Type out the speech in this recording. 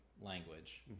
language